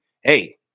hey